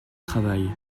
travail